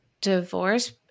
divorce